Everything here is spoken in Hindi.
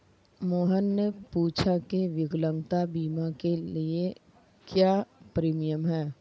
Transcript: मोहन ने पूछा की विकलांगता बीमा के लिए क्या प्रीमियम है?